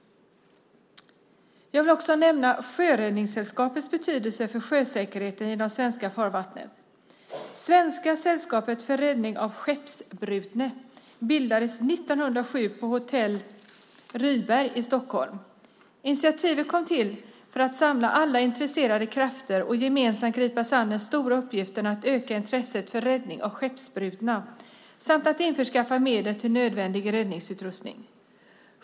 Jag vill också nämna Sjöräddningssällskapets betydelse för sjösäkerheten i de svenska farvattnen. Svenska Sällskapet för Räddning af Skeppsbrutne bildades 1907 på Hotell Rydberg i Stockholm. Initiativet kom till för att samla alla intresserade krafter och gemensamt gripa sig an den stora uppgiften att öka intresset för räddning av skeppsbrutna samt att införskaffa medel till nödvändig räddningsutrustning.